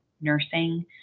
nursing